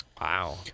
Wow